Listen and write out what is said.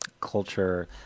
culture